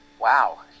Wow